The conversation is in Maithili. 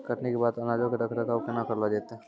कटनी के बाद अनाजो के रख रखाव केना करलो जैतै?